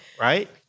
right